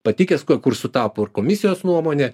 patikęs kuo kur sutapo ir komisijos nuomonė